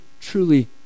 truly